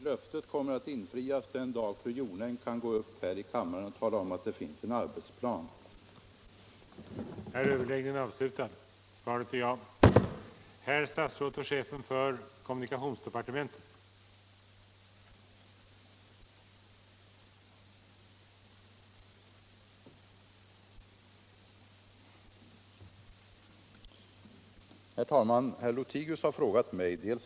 Någon exakt uppgift på antalet vägmärken i landet är svårt att få fram. Man räknar med att det finns omkring 1 miljon eller något över.